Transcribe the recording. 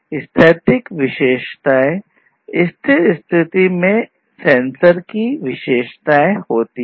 स्थैतिक विशेषताओं स्थिर स्थिति में एक सेंसर की विशेषताएं हैं